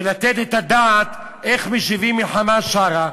ולתת את הדעת איך משיבים מלחמה שערה.